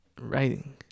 Writing